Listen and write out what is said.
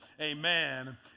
amen